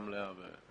אני עובד במשרה מליאה.